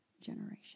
generation